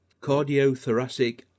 cardiothoracic